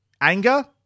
anger